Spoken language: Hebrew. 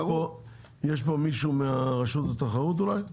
יש פה מישהו מרשות התחרות אולי?